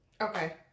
Okay